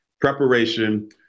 preparation